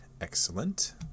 excellent